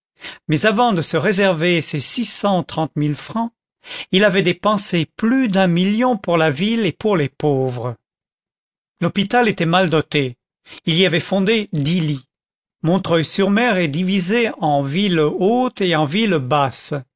mais avant de se réserver ces six cent trente mille francs il avait dépensé plus d'un million pour la ville et pour les pauvres l'hôpital était mal doté il y avait fondé dix lits montreuil sur mer est divisé en ville haute et ville basse